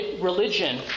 religion